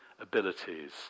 abilities